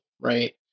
right